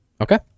Okay